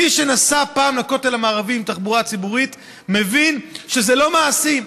מי שנסע פעם לכותל המערבי בתחבורה ציבורית מבין שזה לא מעשי.